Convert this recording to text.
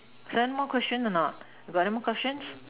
got anymore question or not you got anymore questions